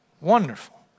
Wonderful